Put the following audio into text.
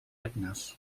regnes